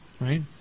right